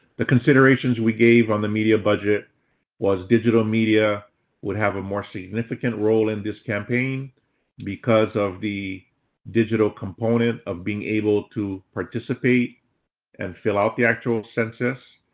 the considerations we gave on the media budget was, digital media would have a more significant role in this campaign because of the digital component of being able to participate and fill out the actual census.